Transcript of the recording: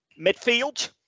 Midfield